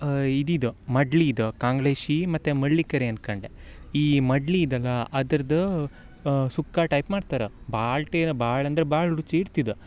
ಇದಿದೋ ಮಡ್ಲೀದೋ ಕಾಂಗ್ಳೇಶೀ ಮತ್ತು ಮಳ್ಳಿಕೆರೆ ಅನ್ಕಂಡು ಈ ಮಡ್ಲಿ ಇದಗಾ ಅದ್ರದ ಸುಕ್ಕ ಟೈಪ್ ಮಾಡ್ತಾರೆ ಬಾಲ್ಟಿ ಭಾಳ ಅಂದ್ರೆ ಭಾಳ ರುಚಿ ಇರ್ತಿದೊ